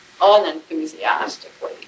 unenthusiastically